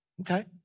Okay